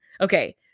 okay